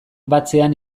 batzean